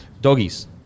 Doggies